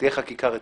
תהיה חקיקה רצינית.